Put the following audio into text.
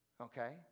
okay